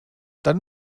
dann